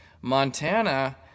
Montana